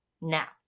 Now